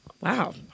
Wow